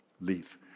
leaf